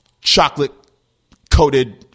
chocolate-coated